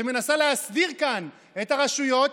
שמנסה להסדיר כאן את הרשויות.